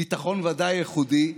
ביטחון ודאי ייחודי.